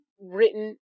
written